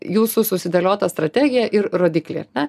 jūsų susidėliota strategija ir rodikliai na